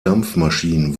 dampfmaschinen